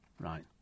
Right